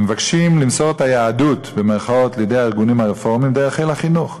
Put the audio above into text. הם מבקשים למסור את "היהדות" לידי הארגונים הרפורמיים דרך חיל החינוך.